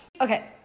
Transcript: Okay